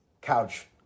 couch